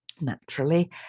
naturally